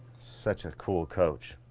such a cool coach.